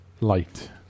light